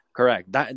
Correct